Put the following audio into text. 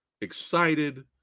excited